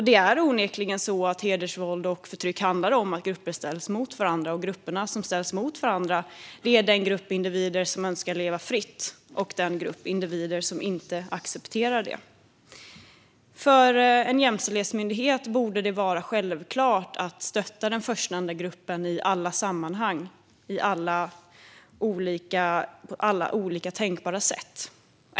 Det är onekligen så att hedersvåld och hedersförtryck handlar om att grupper ställs mot varandra. De grupper som ställs mot varandra är den grupp individer som önskar leva fritt och den grupp individer som inte accepterar det. För en jämställdhetsmyndighet borde det vara självklart att stötta den förstnämnda gruppen i alla sammanhang och på alla tänkbara sätt.